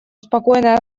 спокойной